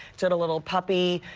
did a little puppy